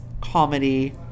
comedy